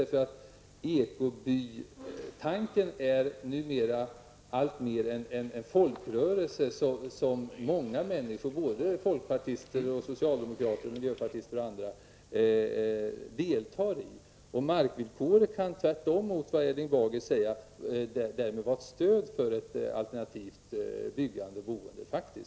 Ekobytanken har alltmer blivit en folkrörelse, som många människor -- både folkpartister, socialdemokrater, centerpartister och andra -- deltar i. Markvillkoret kan tvärtemot vad Erling Bager säger vara ett stöd för ett alternativt byggande och boende.